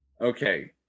Okay